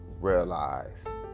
realize